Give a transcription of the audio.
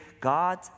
God